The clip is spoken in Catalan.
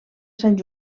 sant